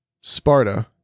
Sparta